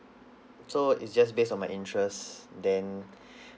so it's just based on my interest then